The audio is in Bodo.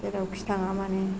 जेरावखि थाङा मानो